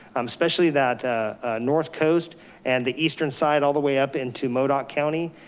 especially that north coast and the eastern side, all the way up into modoc county,